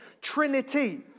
Trinity